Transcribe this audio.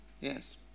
yes